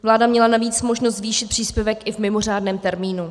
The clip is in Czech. Vláda měla navíc možnost zvýšit příspěvek i v mimořádném termínu.